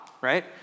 right